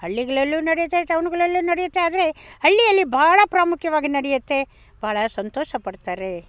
ಹಳ್ಳಿಗಳಲ್ಲೂ ನಡೆಯುತ್ತೆ ಟೌನ್ಗಳಲ್ಲೂ ನಡೆಯುತ್ತೆ ಆದರೆ ಹಳ್ಳಿಯಲ್ಲಿ ಬಹಳ ಪ್ರಾಮುಖ್ಯವಾಗಿ ನಡೆಯುತ್ತೆ ಬಹಳ ಸಂತೋಷ ಪಡ್ತಾರೆ